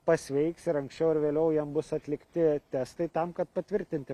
pasveiks ir anksčiau ar vėliau jam bus atlikti testai tam kad patvirtinti